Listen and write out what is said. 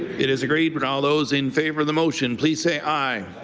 it is agreed. would all those in favor of the motion please say aye.